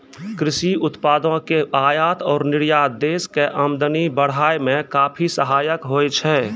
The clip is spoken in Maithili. कृषि उत्पादों के आयात और निर्यात देश के आमदनी बढ़ाय मॅ काफी सहायक होय छै